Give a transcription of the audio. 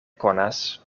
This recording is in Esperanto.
konas